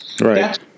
Right